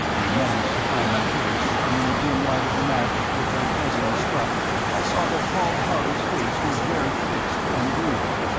i managed to find my case, and in the dim light of the match which i presently struck i saw that paul harley's face was very fixed and grim.